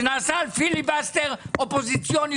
זה נעשה פיליבסטר אופוזיציוני,